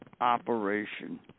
operation